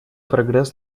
прогресс